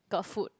got food